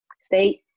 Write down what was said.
State